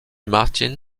martin